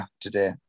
today